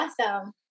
Awesome